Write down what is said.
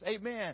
Amen